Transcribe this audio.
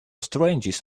strangest